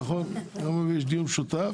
נכון, ביום רביעי יש דיון משותף,